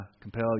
compel